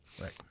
Right